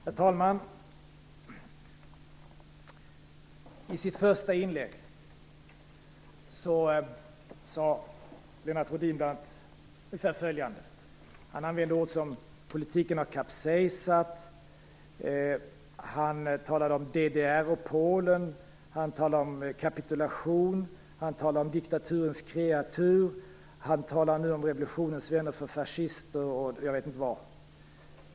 Herr talman! I sitt första inlägg sade Lennart Rohdin saker som att politiken har kapsejsat. Han talade om DDR och Polen, om kapitulation och om diktaturens kreatur. Nu senast talade han om revolutionens vänner och jag vet inte vad.